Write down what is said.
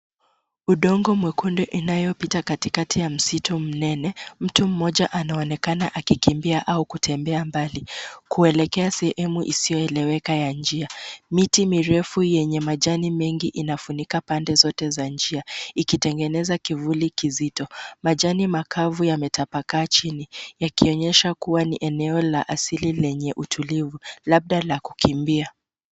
Udongo mwekundu inayopita katikati ya msitu mnene, mtu mmoja anaonekana akikimbia au kutembea mbali, kuelekea sehemu isiyoeleweka ya njia. Miti mirefu yenye majani mengi inafunika pande zote za njia, ikitengeneza kivuli kizito. Majani makavu yametapakaa chini, yakionyesha kuwa ni eneo la asili lenye utulivu, labda la kukimbia.